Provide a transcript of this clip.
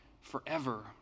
forever